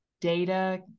data